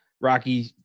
Rocky